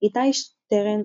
איתי שטרן,